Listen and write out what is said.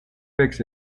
fix